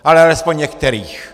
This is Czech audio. Ale alespoň některých.